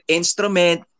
instrument